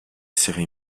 essere